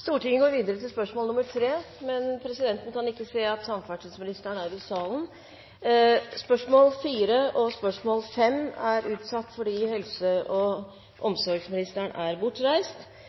Stortinget skulle nå gått videre til spørsmål nr. 3, men presidenten kan ikke se at samferdselsministeren er i salen. Disse spørsmålene er utsatt. Vi går da til spørsmål nr. 6, og presidenten registrerer at både spørrer og statsråd er